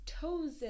toes